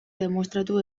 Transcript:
demostratu